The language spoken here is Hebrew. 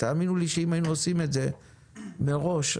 עושים את זה מראש,